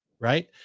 right